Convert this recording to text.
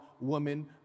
woman